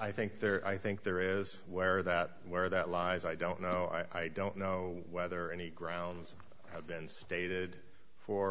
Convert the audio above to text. i think there are i think there is where that where that lies i don't know i don't know whether any grounds have been stated for